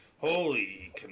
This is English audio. holy